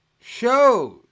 Shows